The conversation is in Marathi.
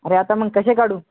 अरे आता मग कसे काढू